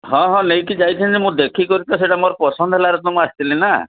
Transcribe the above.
ହଁ ହଁ ନେଇକି ଯାଇଥାନ୍ତି ମୁଁ ଦେଖିକରି ତ ସେଇଟା ମୋର ପସନ୍ଦ ହେଲାର ତ ମୁଁ ଆସିଥିଲି ନା